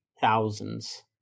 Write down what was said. Thousands